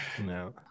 No